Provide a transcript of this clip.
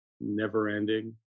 never-ending